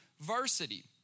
varsity